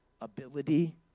ability